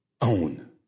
own